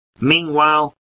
Meanwhile